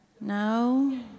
No